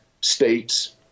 states